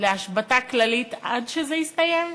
להשבתה כללית עד שזה יסתיים?